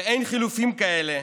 באין חילופים כאלה,